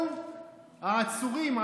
כל העצורים,